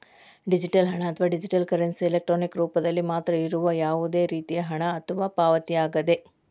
digital ಹಣ, ಅಥವಾ digital currency, electronic ರೂಪದಲ್ಲಿ ಮಾತ್ರ ಇರುವ ಯಾವುದೇ ರೇತಿಯ ಹಣ ಅಥವಾ ಪಾವತಿಯಾಗಿದೆ